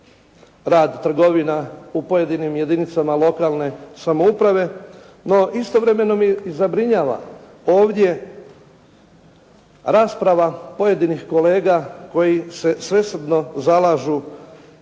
rad trgovina u pojedinim jedinicama lokalne samouprave. No istovremeno me i zabrinjava ovdje rasprava pojedinih kolega koji se svesrdno zalažu